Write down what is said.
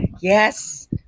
Yes